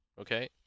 Okay